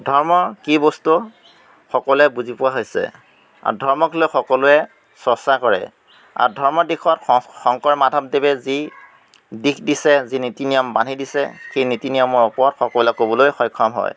ধৰ্ম কি বস্তু সকলোৱে বুজি পোৱা হৈছে আৰু ধৰ্মক লৈ সকলোৱে চৰ্চা কৰে আৰু ধৰ্মৰ দিশত শংকৰ মাধৱদেৱে যি দিশ দিছে যি নীতি নিয়ম বান্ধি দিছে সেই নীতি নিয়মৰ ওপৰত সকলোৱে ক'বলৈ সক্ষম হয়